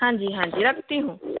हाँ जी हाँ जी रखती हूँ